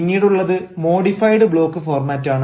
പിന്നീടുള്ളത് modified block ഫോർമാറ്റാണ്